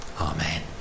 Amen